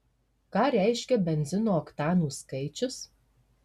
ką reiškia benzino oktanų skaičius